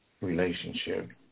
relationship